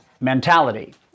mentality